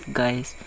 guys